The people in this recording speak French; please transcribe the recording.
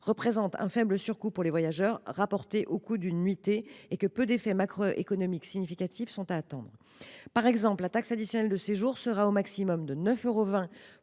représente un faible surcoût pour les voyageurs » rapporté au coût d’une nuitée et que « peu d’effets macroéconomiques significatifs sont à attendre ». Par exemple, la taxe additionnelle de séjour sera au maximum de 9,20